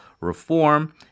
reform